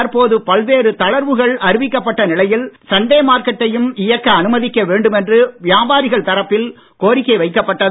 தற்போது பல்வேறு தளர்வுகள் அறிவிக்கப்பட்ட நிலையில் சண்டே மார்கெட்டையும் இயக்க அனுமதிக்க வேண்டும் என்று வியாபாரிகள் தரப்பில் கோரிக்கை எழும்பி வந்தது